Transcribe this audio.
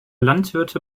landwirte